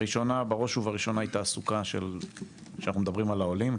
א' בראש ובראשונה תעסוקה שאנחנו מדברים על העולים.